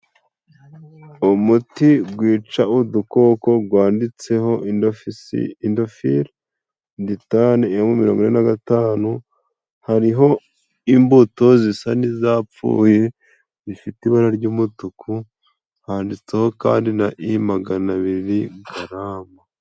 Umuti wica udukoko, wanditseho indofiri ditani, emu mirongwine na gatanu, hariho imbuto zisa n'izapfuye, zifite ibara ry'umutuku, handitseho kandi na i maganabiri garamu.